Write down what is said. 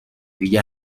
دیگه